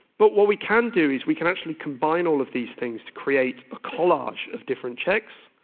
but what we can do is we can actually combine all of these things to create a collage of different checks.